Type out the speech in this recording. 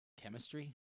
Chemistry